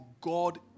God